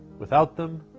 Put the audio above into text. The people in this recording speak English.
without them,